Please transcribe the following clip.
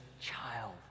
child